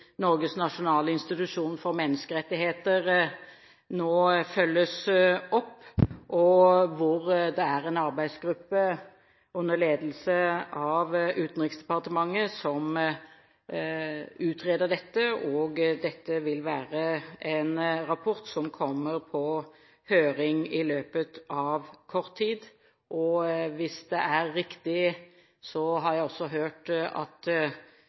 Norges nasjonale institusjoner for menneskerettigheter nå følges opp. Det er en arbeidsgruppe under ledelse av Utenriksdepartementet som utreder dette. Dette vil være en rapport som kommer på høring i løpet av kort tid. Hvis det er riktig, har jeg også hørt at